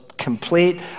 complete